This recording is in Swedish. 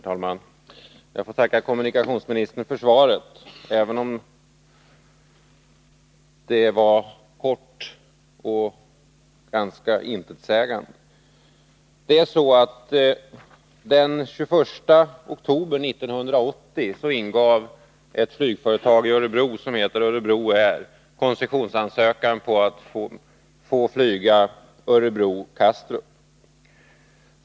Herr talman! Jag får tacka kommunikationsministern för svaret, även om det var kort och intetsägande. Den 21 oktober 1980 ingav ett flygföretag i Örebro, Örebro Air, koncessionsansökan för att få flyga Örebro-Kastrup.